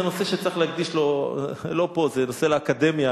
זה נושא שצריך להקדיש לו, לא פה, זה נושא לאקדמיה.